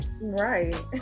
Right